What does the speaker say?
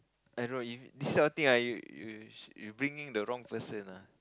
I don't know if this kind of thing I you bringing the wrong person ah